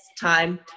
time